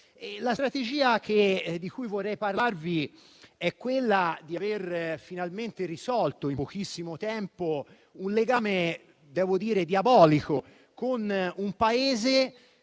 La strategia di cui vorrei parlarvi è quella di aver finalmente risolto in pochissimo tempo un legame, che devo